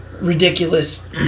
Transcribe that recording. ridiculous